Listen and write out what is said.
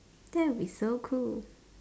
that will be so cool